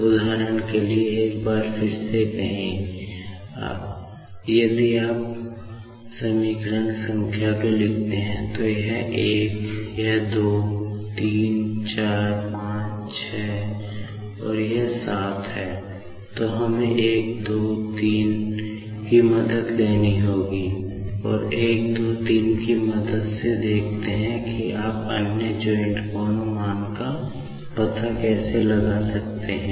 उदाहरण के लिए एक बार फिर से कहें यदि आप समीकरण संख्या को लिखते हैं तो यह है मान का पता कैसे लगा सकते हैं